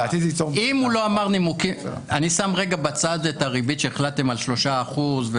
אני שם לרגע בצד את הריבית עליה החלטתם של שלושה אחוזים.